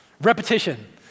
repetition